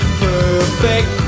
perfect